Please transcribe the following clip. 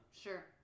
Sure